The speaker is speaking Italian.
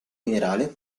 minerale